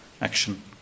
action